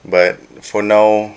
but for now